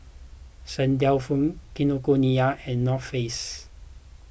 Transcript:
St Dalfour Kinokuniya and North Face